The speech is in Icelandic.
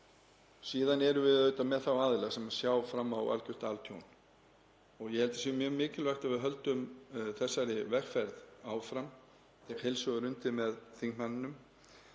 Síðan erum við auðvitað með þá aðila sem sjá fram á altjón og ég held að það sé mjög mikilvægt að við höldum þessari vegferð áfram og tek heils hugar undir með þingmanninum.